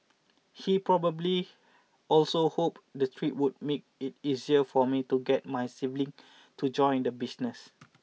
he probably also hoped the trip would make it easier for me to get my sibling to join the business